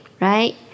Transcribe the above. right